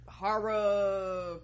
Horror